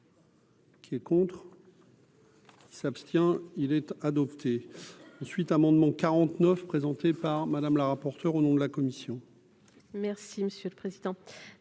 Qui est contre. Il s'abstient-il être adopté suite amendement 49 présenté par Madame la rapporteure au nom de la commission. Merci monsieur le président,